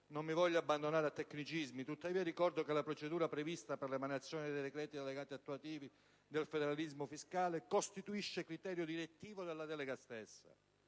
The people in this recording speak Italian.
Non mi voglio abbandonare a tecnicismi; tuttavia ricordo che la procedura prevista per l'emanazione dei decreti delegati attuativi del federalismo fiscale costituisce criterio direttivo della delega stessa.